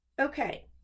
Okay